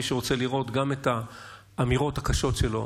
מי שרוצה לראות גם את האמירות הקשות שלו